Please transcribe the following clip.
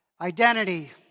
identity